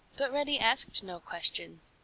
but reddy asked no questions.